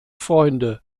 freunde